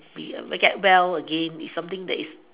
be able to get well again is something that is